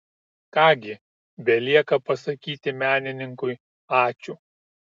ką gi belieka pasakyti menininkui ačiū